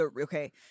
okay